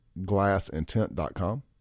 Glassintent.com